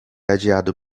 adiado